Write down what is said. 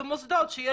במוסדות שם